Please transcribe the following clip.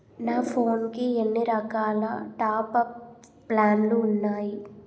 నా ఫోన్ కి ఎన్ని రకాల టాప్ అప్ ప్లాన్లు ఉన్నాయి?